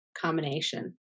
combination